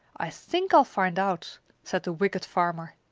i think i'll find out said the wicked farmer.